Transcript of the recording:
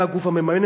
והגוף המממן,